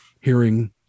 hearing